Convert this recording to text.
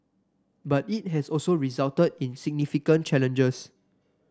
but it has also resulted in significant challenges